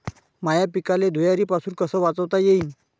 माह्या पिकाले धुयारीपासुन कस वाचवता येईन?